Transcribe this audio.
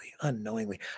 unknowingly